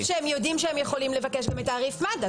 על אף שהם יודעים שהם יכולים לבקש את תעריף מד"א,